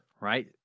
right